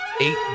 eight